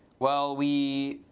well, we